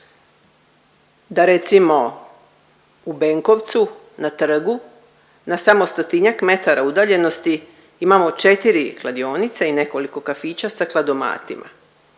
da recimo u Benkovcu na trgu na samo stotinjak metara udaljenosti imamo 4 kladionice i nekoliko kafića sa kladomatima